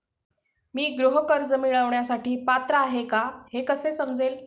मी गृह कर्ज मिळवण्यासाठी पात्र आहे का हे कसे समजेल?